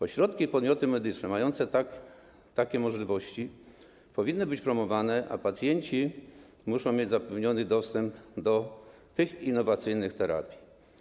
Ośrodki i podmioty medyczne mające takie możliwości powinny być promowane, a pacjenci muszą mieć zapewniony dostęp do tych innowacyjnych terapii.